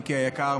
מיקי היקר,